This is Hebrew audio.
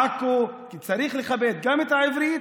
עכו, כי צריך לכבד גם את העברית